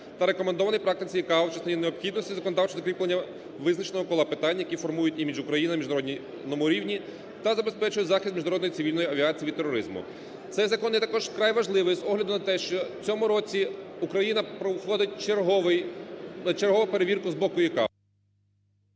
та рекомендований в практиці ІКАО в частині необхідності законодавчого закріплення визначеного кола питань, які формують імідж України на міжнародному рівні та забезпечує захист міжнародної цивільної авіації від тероризму. Цей закон є також вкрай важливий з огляду на те, що в цьому році Україна входить в черговий, в чергову перевірку з боку ІКАО.